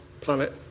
planet